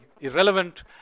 irrelevant